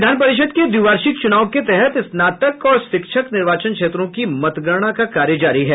विधान परिषद् के द्विवार्षिक चुनाव के तहत स्नातक और शिक्षक निर्वाचन क्षेत्रों की मतगणना का कार्य जारी है